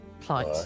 plight